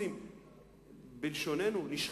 בלשוננו, נשחטו.